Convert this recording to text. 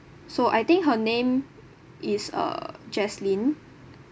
so I think her name is uh jaslyn